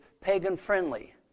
pagan-friendly